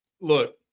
look